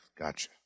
Gotcha